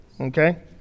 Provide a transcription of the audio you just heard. okay